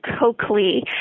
Coakley